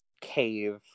cave